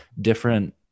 different